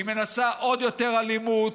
היא מנסה עוד יותר אלימות.